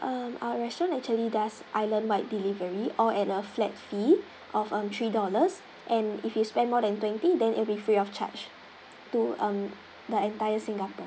err our restaurant actually does island wide delivery or at a flat fee of three dollars and if you spend more than twenty then it will be free of charge to um the entire singap~